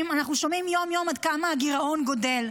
כספים, אנחנו שומעים יום-יום עד כמה הגירעון גדל.